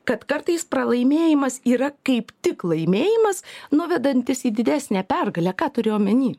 kad kartais pralaimėjimas yra kaip tik laimėjimas nuvedantis į didesnę pergalę ką turi omeny